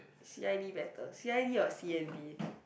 c_i_d better c_i_d or c_n_b